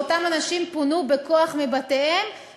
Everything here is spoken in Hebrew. ואותם אנשים פונו בכוח מבתיהם,